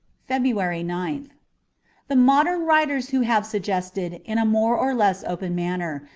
february ninth the modern writers who have suggested, in a more or less open manner,